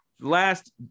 last